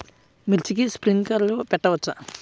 మిర్చికి స్ప్రింక్లర్లు పెట్టవచ్చా?